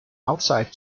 outside